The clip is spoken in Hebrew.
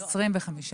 בסדר.